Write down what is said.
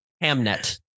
hamnet